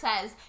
says